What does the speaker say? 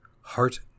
heart